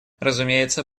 разумеется